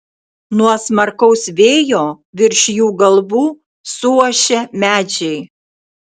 nuo smarkaus vėjo virš jų galvų suošia medžiai